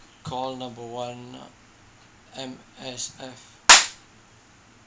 call number one uh M_S_F